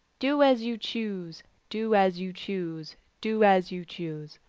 do as you choose, do as you choose, do as you choose.